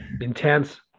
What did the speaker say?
Intense